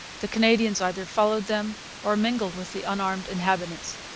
the canadians either followed them or mingled with the unarmed inhabitants.